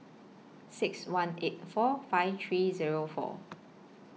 six one eight four five three Zero four